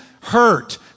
hurt